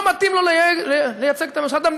לא מתאים לו לייצג את הממשלה.